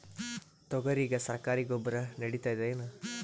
ತೊಗರಿಗ ಸರಕಾರಿ ಗೊಬ್ಬರ ನಡಿತೈದೇನು?